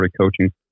coaching